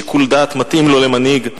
שיקול דעת מתאים לו, למנהיג.